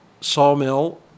sawmill